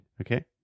Okay